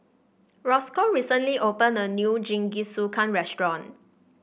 Rosco recently opened a new Jingisukan restaurant